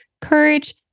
courage